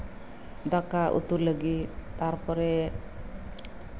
ᱫᱟᱠᱟ ᱩᱛᱩ ᱞᱟᱹᱜᱤᱫ ᱛᱟᱨᱯᱚᱨᱮ